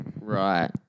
Right